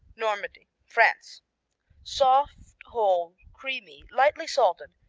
normandy, france soft, whole, creamy, lightly salted,